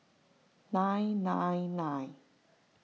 nine nine nine